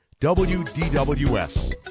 WDWS